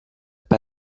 par